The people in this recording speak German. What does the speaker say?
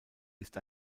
ist